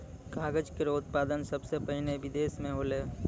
कागज केरो उत्पादन सबसें पहिने बिदेस म होलै